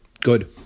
good